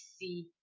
see